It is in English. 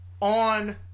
on